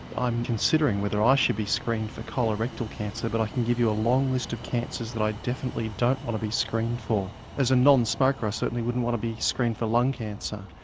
i'm considering whether i ah should be screened for colorectal cancer, but i can give you a long list of cancers that i definitely don't want to be screened for. as a non-smoker i certainly wouldn't want to be screened for lung cancer.